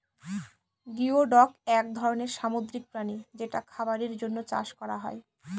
geoduck এক ধরনের সামুদ্রিক প্রাণী যেটা খাবারের জন্য চাষ করা হয়